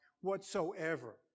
whatsoever